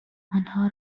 آنها